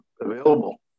available